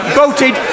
voted